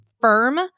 firm